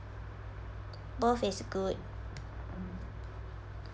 both is good